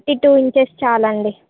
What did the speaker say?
thirty two inches చాలండి